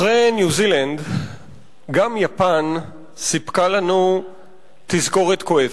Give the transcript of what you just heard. אחרי ניו-זילנד גם יפן סיפקה לנו תזכורת כואבת,